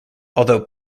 although